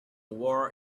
war